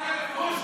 קושניר מדבר,